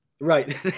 Right